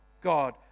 God